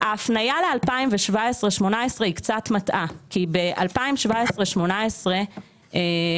ההפניה ל-2017-18 היא קצת מטעה כי ב-2017-18 הממשלה